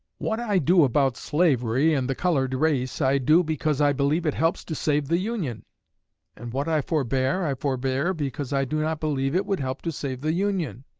what i do about slavery and the colored race, i do because i believe it helps to save the union and what i forbear, i forbear because i do not believe it would help to save the union.